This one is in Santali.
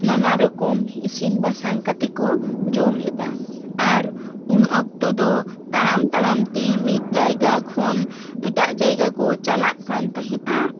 ᱱᱟᱱᱟ ᱨᱚᱠᱚᱢ ᱤᱥᱤᱱ ᱵᱟᱥᱟᱝ ᱠᱟᱛᱮᱠᱚ ᱡᱚᱢ ᱮᱫᱟ ᱟᱨ ᱩᱱᱤ ᱚᱠᱛᱚ ᱫᱚ ᱛᱟᱲᱟᱢ ᱛᱟᱲᱟᱢ ᱛᱮ ᱢᱤᱫ ᱡᱟᱭᱜᱟ ᱠᱷᱚᱱ ᱮᱴᱟᱜ ᱡᱟᱭᱜᱟ ᱠᱚ ᱪᱟᱞᱟᱜ ᱠᱟᱱ ᱛᱟᱦᱮᱸᱜᱼᱟ